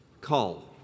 Call